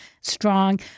strong